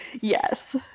Yes